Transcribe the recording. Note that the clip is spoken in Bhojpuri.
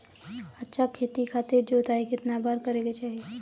अच्छा खेती खातिर जोताई कितना बार करे के चाही?